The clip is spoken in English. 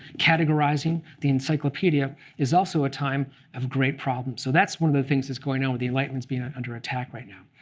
categorizing, the encyclopedie is also a time of great problems. so that's one of the things that's going on with the enlightenment being under attack right now.